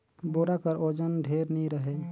बोरा कर ओजन ढेर नी रहें